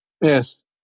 Yes